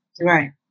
Right